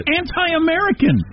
anti-American